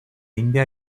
india